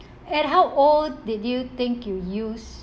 and how old did you think you use